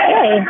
Hey